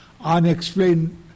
unexplained